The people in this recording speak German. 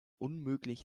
unmöglich